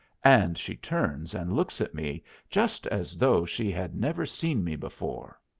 and she turns and looks at me just as though she had never seen me before.